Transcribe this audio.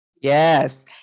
Yes